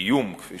"איום", כפי